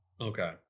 Okay